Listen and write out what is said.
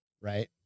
right